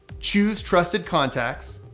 choose trusted contacts.